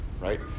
right